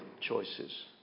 choices